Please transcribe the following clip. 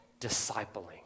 discipling